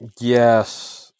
Yes